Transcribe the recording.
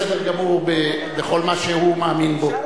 אלקין הוא בסדר גמור בכל מה שהוא מאמין בו.